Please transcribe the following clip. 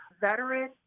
veteran